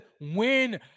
win